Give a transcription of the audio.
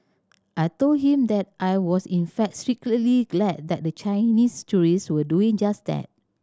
I told him that I was in fact secretly glad that the Chinese tourists were doing just that